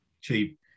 cheap